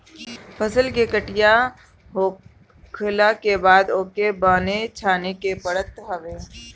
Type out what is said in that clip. फसल के कटिया होखला के बाद ओके बान्हे छाने के पड़त हवे